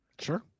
sure